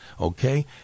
okay